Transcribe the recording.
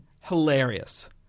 Hilarious